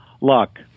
luck